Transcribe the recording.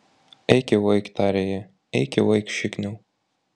eik jau eik tarė ji eik jau eik šikniau